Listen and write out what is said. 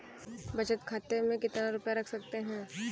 बचत खाते में कितना रुपया रख सकते हैं?